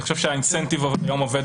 הסנגוריה מסכימה